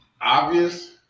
obvious